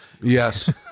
Yes